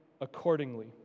accordingly